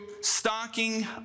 stocking